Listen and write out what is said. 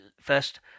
first